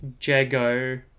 Jago